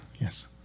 Yes